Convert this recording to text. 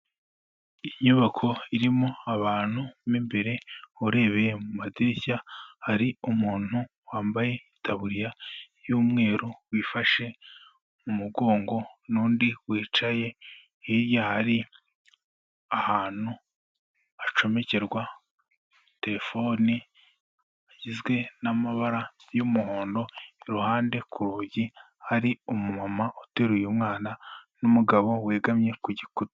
Inyubako irimo abantu mu imbere urebeye mu madirishya hari umuntu wambaye itaburiya y'umweru wifashe mu mugongo nundi wicaye hiya hari ahantu hacomekerwa telefone igizwe n'amabara y'umuhondo, iruhande ku rugi hari umumama uteruye umwana n'umugabo wegamye ku gikuta.